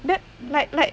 that like like